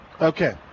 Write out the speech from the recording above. Okay